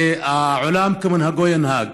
ועולם כמנהגו נוהג.